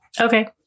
Okay